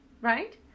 right